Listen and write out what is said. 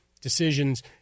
decisions